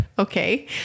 Okay